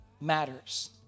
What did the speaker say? matters